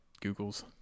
Google's